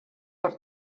per